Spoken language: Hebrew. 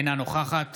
אינה נוכחת